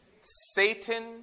Satan